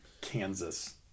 Kansas